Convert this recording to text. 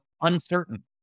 uncertain